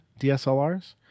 DSLRs